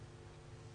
לא.